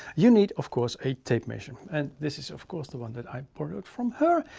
you need of course, a tape measure. and this is of course the one that i borrowed from her.